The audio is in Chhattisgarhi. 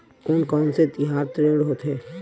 कोन कौन से तिहार ऋण होथे?